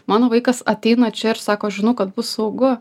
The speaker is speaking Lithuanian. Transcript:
mano vaikas ateina čia ir sako aš žinau kad bus saugu